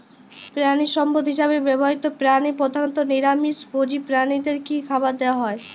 প্রাণিসম্পদ হিসেবে ব্যবহৃত প্রাণী প্রধানত নিরামিষ ভোজী প্রাণীদের কী খাবার দেয়া হয়?